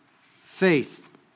Faith